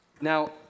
Now